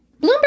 Bloomberg